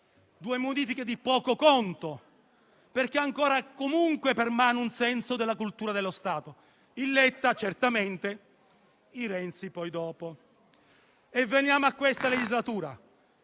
due modifiche di poco conto perché ancora comunque permane un senso della cultura dello Stato: in Letta, certamente, e dopo in Renzi. Veniamo a questa legislatura.